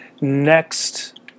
next